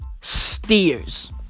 Steers